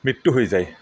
মৃত্যু হৈ যায়